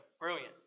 brilliant